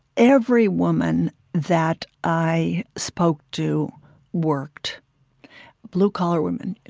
every woman that i spoke to worked blue-collar women,